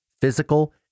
physical